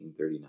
1939